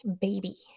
baby